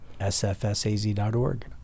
sfsaz.org